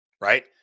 right